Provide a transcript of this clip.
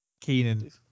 Keenan